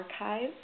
archived